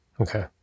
Okay